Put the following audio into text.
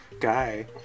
Guy